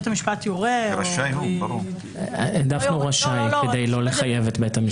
בסדר כתבנו רשאי כדי לא לחייב את בית המשפט.